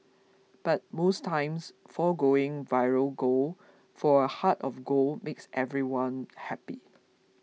but most times foregoing viral gold for a heart of gold makes everyone happy